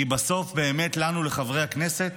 כי בסוף באמת לנו, לחברי הכנסת,